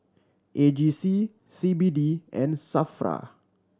A G C C B D and SAFRA